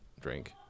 drink